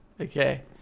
Okay